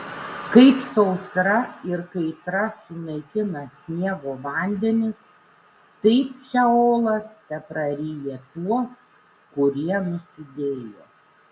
kaip sausra ir kaitra sunaikina sniego vandenis taip šeolas tepraryja tuos kurie nusidėjo